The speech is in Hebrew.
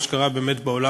מה שקרה בעולם,